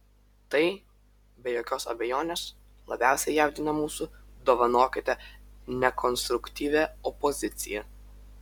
tai be jokios abejonės labiausiai jaudina mūsų dovanokite nekonstruktyvią opoziciją